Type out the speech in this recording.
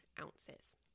ounces